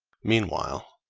meanwhile,